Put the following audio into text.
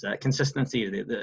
consistency